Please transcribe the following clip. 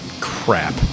crap